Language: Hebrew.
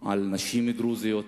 על נשים דרוזיות,